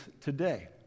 today